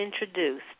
introduced